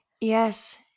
Yes